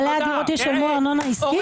בעלי הדירות ישלמו ארנונה עסקית?